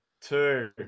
two